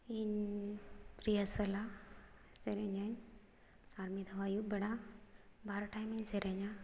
ᱤᱧ ᱨᱤᱦᱟᱨᱥᱮᱞᱟ ᱥᱮᱨᱮᱧᱟᱹᱧ ᱟᱨ ᱢᱤᱫ ᱫᱷᱟᱣ ᱟᱹᱭᱩᱵ ᱵᱮᱲᱟ ᱵᱟᱨ ᱴᱟᱭᱤᱢᱤᱧ ᱥᱮᱨᱮᱧᱟ